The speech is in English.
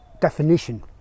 definition